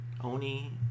Oni